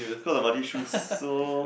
cause of muddy shoes so